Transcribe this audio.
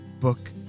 book